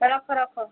ରଖ ରଖ